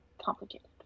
complicated